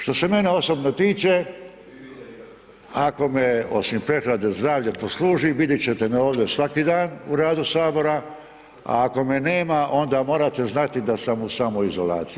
Što se mene osobno tiče, ako me osim prehlade zdravlje posluži, vidit ćete me ovdje svaki dan u radu sabora, a ako me nema onda morate znati da sam u samoizolaciji.